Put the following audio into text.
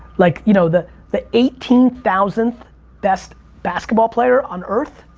like you know the the eighteen thousandth best basketball player on earth